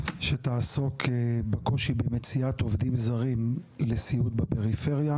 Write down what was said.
שתעסוק בקושי במציאת עובדים זרים לסיעוד בפריפריה.